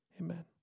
Amen